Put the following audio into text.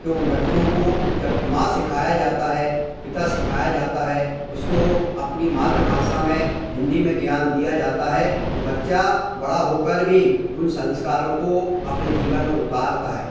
कि उन बच्चों को जब माँ सिखाया जाता है पिता सिखाया जाता है उसको अपनी मात्रभाषा में हिन्दी में ज्ञान दिया जाता है तो बच्चा बड़ा होकर भी उन संस्कारों को अपने जीवन में उतारता है